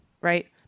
right